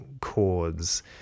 chords